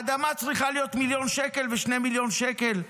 האדמה צריכה להיות מיליון שקל או 2 מיליון שקל?